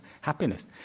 happiness